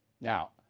Now